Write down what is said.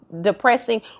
depressing